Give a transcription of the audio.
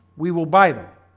we will buy them